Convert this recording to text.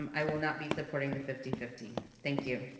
um i will not be supporting the fifty fifty. thank you.